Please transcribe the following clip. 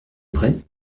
prêt